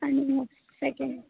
आणि मग सेकंड